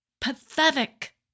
pathetic